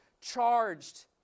charged